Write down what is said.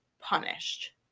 punished